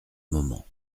moment